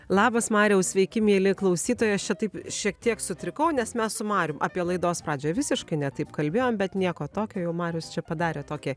labas mariau sveiki mieli klausytojai aš čia taip šiek tiek sutrikau nes mes su marium apie laidos pradžią visiškai ne taip kalbėjom bet nieko tokio jau marius čia padarė tokį